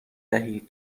دهید